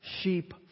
sheep